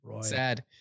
sad